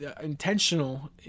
intentional